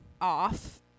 off